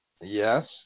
Yes